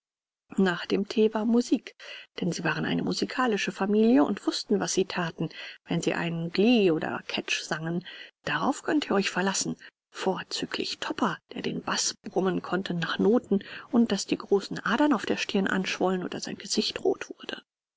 nach dem thee war musik denn sie waren eine musikalische familie und wußten was sie thaten wenn sie einen glee oder catch sangen darauf könnt ihr euch verlassen vorzüglich topper der den baß brummen konnte nach noten ohne daß die großen adern auf der stirn anschwollen oder sein gesicht rot wurde